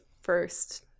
first